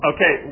Okay